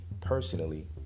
personally